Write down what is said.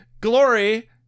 Glory